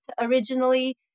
originally